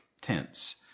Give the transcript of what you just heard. tense